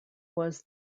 was